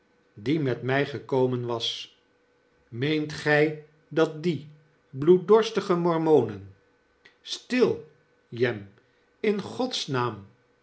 die met my gekomen was meent gij dat die bloeddorstige mormonen stil jem in gods naam